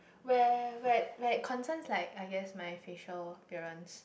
where where like concerns like I guess my facial appearance